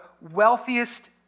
wealthiest